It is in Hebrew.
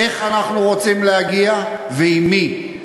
איך אנחנו רוצים להגיע ועם מי.